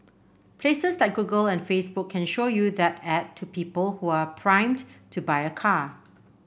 places like Google and Facebook can show you that ad to people who are primed to buy a car